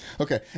okay